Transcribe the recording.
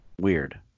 Weird